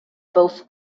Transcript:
both